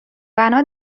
بنا